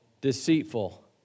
Deceitful